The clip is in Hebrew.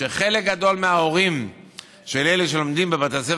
שחלק גדול מההורים של אלה שלומדים בבתי הספר